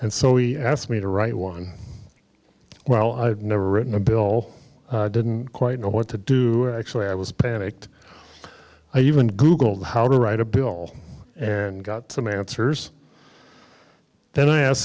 and so he asked me to write one well i've never written a bill didn't quite know what to do actually i was panicked i even googled how to write a bill and got some answers then i asked